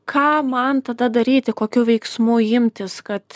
ką man tada daryti kokių veiksmų imtis kad